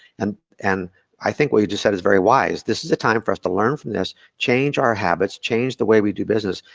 and and i think what you just said is very wise. this is the time for us to learn from this, change our habits, change the way we do business,